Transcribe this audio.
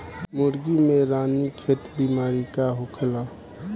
मुर्गी में रानीखेत बिमारी का होखेला?